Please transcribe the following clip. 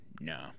no